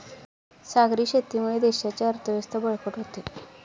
सागरी शेतीमुळे देशाची अर्थव्यवस्था बळकट होते